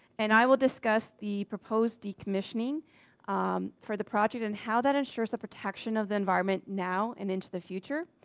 and i will discuss the proposed decommissioning for the project, and how that ensures the protection of the environment now, and into the future,